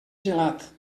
gelat